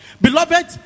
Beloved